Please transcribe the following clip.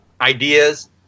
ideas